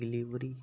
delivery